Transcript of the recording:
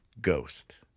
ghost